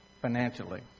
financially